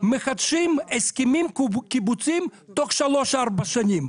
מחדשים הסכמים קיבוציים תוך שלוש או ארבע שנים.